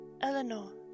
Eleanor